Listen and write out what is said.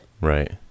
right